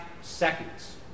seconds